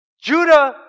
Judah